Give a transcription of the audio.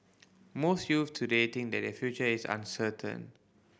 most youth today think that their future is uncertain